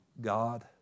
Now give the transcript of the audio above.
God